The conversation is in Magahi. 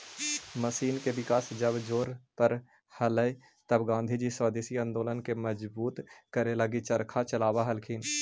मशीन के विकास जब जोर पर हलई तब गाँधीजी स्वदेशी आंदोलन के मजबूत करे लगी चरखा चलावऽ हलथिन